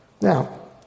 Now